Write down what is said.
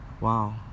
Wow